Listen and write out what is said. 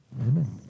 Amen